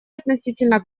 относительно